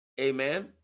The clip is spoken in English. Amen